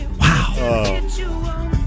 Wow